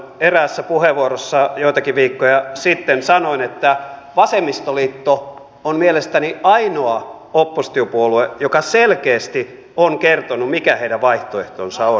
eräässä puheenvuorossa joitakin viikkoja sitten sanoin että vasemmistoliitto on mielestäni ainoa oppositiopuolue joka selkeästi on kertonut mikä heidän vaihtoehtonsa on